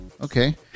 Okay